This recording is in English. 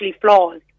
flawed